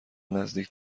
نزدیک